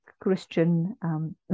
Christian